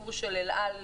בסיפור של אל על,